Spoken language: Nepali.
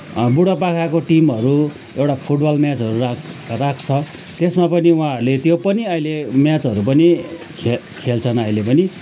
बुढापाकाको टिमहरू एउटा फुटबल म्याचहरू राख् राख्छ त्यसमा पनि उहाँहरूले त्यो पनि अहिले म्याचहरू पनि खे खेल्छन् अहिले पनि